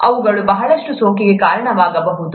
ಅವುಗಳು ಬಹಳಷ್ಟು ಸೋಂಕಿಗೆ ಕಾರಣವಾಗಬಹುದು